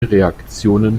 reaktionen